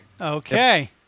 Okay